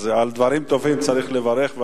אז על דברים טובים צריך לברך,